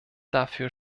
dafür